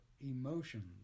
emotions